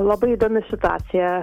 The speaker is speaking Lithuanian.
labai įdomi situacija